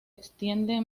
extiende